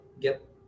get